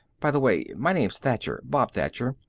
by the way, my name's thacher, bob thacher.